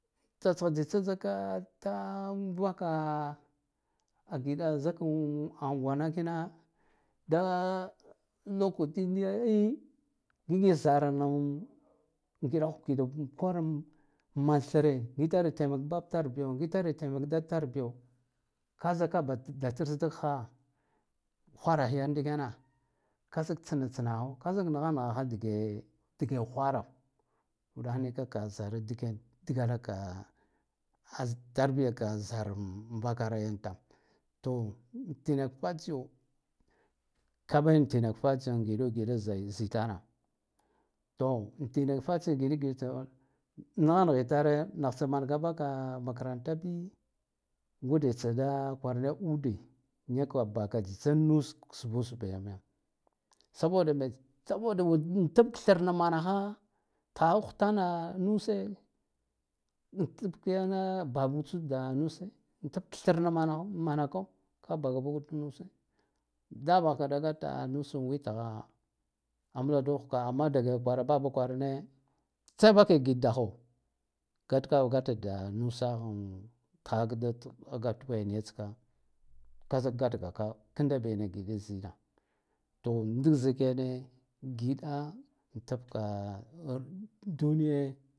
Tsatskha tsitsa zika vaka angiɗa zikan angwana kina da lokaci yayi ngigi zaranan kwaram man thre ngitran temak babtar biyo ngitar temak dattar biyo kazika “ba-da trasdakkha ghwarakh yan ndikena kazik tsnatsana ho kazik nagha nagha dige dige khwara uɗakh nika nagha dige dige khwara uɗakh nika ka zara ndiken dgalaka tarbiya ka zaro vakaryantam to tinak fatsiyo ka bahena tenak fatsiya ngiɗu kiɗa “zai-zi” tare to tenak fatsiyo giɗa giɗa tan nagha nghitare nakh tsa man gabaka makaranta bi ngude tsa da kwarane ude niyaka kwa ba ka tsitsa nusk sbasbabi saboda me saboda in tibk thrna manakha tkhakhak ghutona nuse be tsudda nuge an tibk thrna “manaho-manako ka baka buguɗ nuse da baka da gata nusan witgha abladukhka amma daga bara baba kwarana tsavake giɗdakho kadkava gata da nusaghan tkhakhad gatuwe niyatska ka zik gatgaka kanda bena giɗa zine to ndik zikene ngiɗa an tabka duniye.